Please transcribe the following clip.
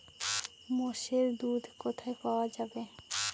মোষের দুধ কোথায় পাওয়া যাবে?